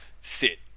sit